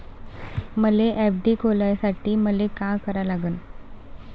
मले एफ.डी खोलासाठी मले का करा लागन?